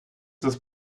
this